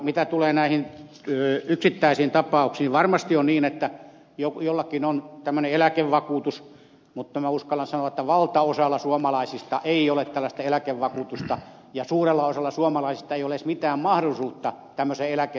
mitä tulee näihin yksittäisiin tapauksiin varmasti on niin että jollakin on tämmöinen eläkevakuutus mutta minä uskallan sanoa että valtaosalla suomalaisista ei ole tällaista eläkevakuutusta ja suurella osalla suomalaisista ei ole edes mitään mahdollisuutta tämmöiseen eläkesäästämiseen